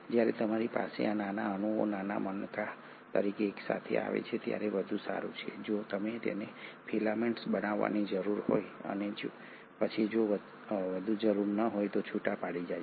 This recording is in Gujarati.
જ્યારે તમારી પાસે આ નાના અણુઓ નાના મણકા તરીકે એકસાથે આવે છે ત્યારે વધુ સારું શું છે જો તેમને ફિલામેન્ટ બનાવવાની જરૂર હોય અને પછી જો વધુ જરૂર ન હોય તો છૂટા પડી જાય છે